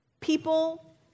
People